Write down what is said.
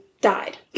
died